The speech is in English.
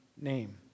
name